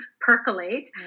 percolate